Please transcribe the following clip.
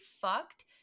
fucked